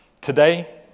Today